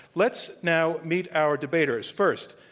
let's now meet our debaters. first,